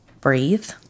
breathe